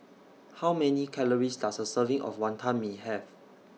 How Many Calories Does A Serving of Wantan Mee Have